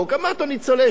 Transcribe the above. אמרתי לו ניצולי השואה,